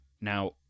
Now